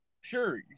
Sure